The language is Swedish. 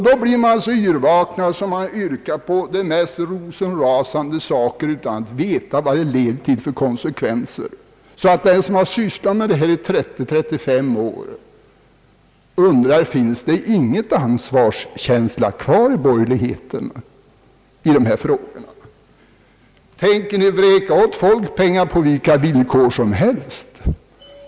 Då blir man så yrvaken att man yrkar på de mest vittgående åtgärder utan att veta vad de leder till för konsekvenser. Den som liksom jag sysslat med dessa problem i 30—35 år undrar: Finns det ingen ansvarskänsla kvar i borgerligheten när det gäller dessa frågor? Tänker ni vräka ut pengar till folk på vilka villkor som helst?